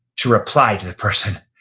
to reply to the person,